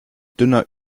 dünner